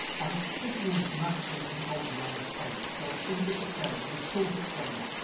um this is a magical psychology land experiment, so in this experiment, in this thought experiment,